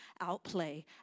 outplay